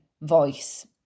voice